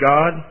God